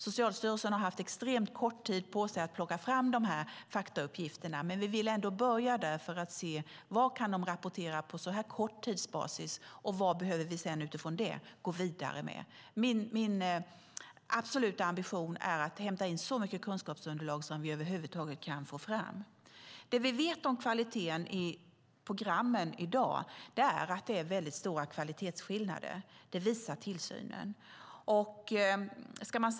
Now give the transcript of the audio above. Socialstyrelsen har haft extremt kort tid på sig att plocka fram faktauppgifterna, men vi vill ändå börja där för att se vad som kan rapporteras på så kort tid och vad som sedan behövs för att gå vidare. Min absoluta ambition är att hämta in så mycket kunskapsunderlag som vi över huvud taget kan få fram. Det vi vet om programmen i dag är att det är stora kvalitetsskillnader. Det visar tillsynen.